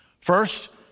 First